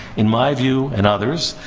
in my view and others,